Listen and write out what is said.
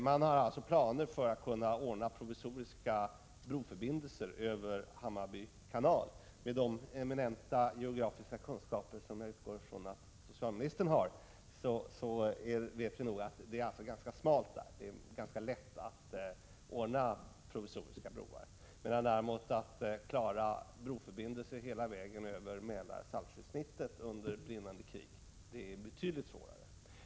Man har planer på att kunna ordna provisoriska broförbindelser över Hammarby kanal. Med de eminenta geografiska kunskaper som jag utgår från att socialministern har vet nog socialministern att kanalen är smal och att det är ganska lätt att ordna provisoriska broar där. Att klara broförbindelser över hela Mälar-Saltsjö-snittet under brinnande krig är däremot betydligt svårare.